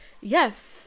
Yes